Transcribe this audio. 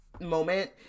moment